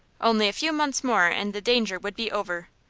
only a few months more and the danger would be over,